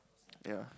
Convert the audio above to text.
yea